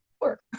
work